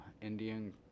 Indian